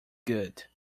good